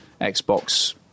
Xbox